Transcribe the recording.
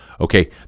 Okay